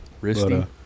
Risky